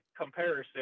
comparison